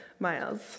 miles